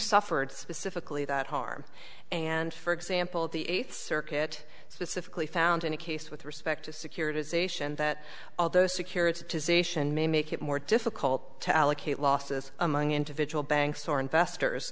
suffered specifically that harm and for example the eighth circuit specifically found in a case with respect to securitization that although securitization may make it more difficult to allocate losses among individual banks or investors